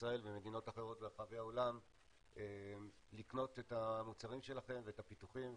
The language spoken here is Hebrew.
ישראל ומדינות אחרות ברחבי העולם לקנות את המוצרים והפיתוחים שלכם,